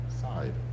side